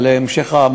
על המשך המעקב.